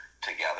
together